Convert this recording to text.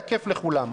תקף לכולם.